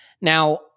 Now